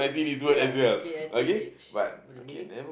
ya K I T H what the meaning